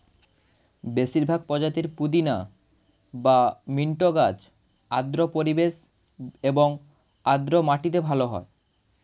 বেশিরভাগ প্রজাতির পুদিনা বা মিন্ট গাছ আর্দ্র পরিবেশ এবং আর্দ্র মাটিতে ভালো হয়